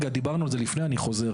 רגע, דיברנו על זה לפני ואני חוזר.